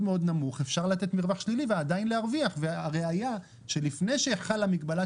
נמוך אפשר לתת מרווח שלילי ועדיין להרוויח והראיה שלפני שחלה מגבלת